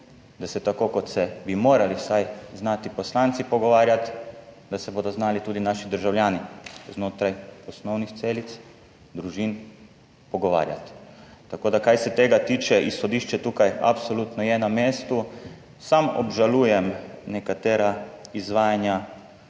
da se tako kot se bi morali vsaj znati poslanci pogovarjati, da se bodo znali tudi naši državljani znotraj osnovnih celic družin pogovarjati. Tako da, kar se tega tiče, izhodišče tukaj absolutno je na mestu. Sam obžalujem nekatera izvajanja